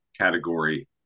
category